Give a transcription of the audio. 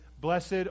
Blessed